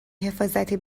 حفاظتی